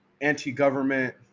anti-government